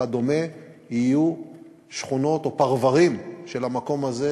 וכדומה יהיו שכונות או פרברים של המקום הזה,